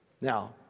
Now